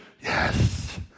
yes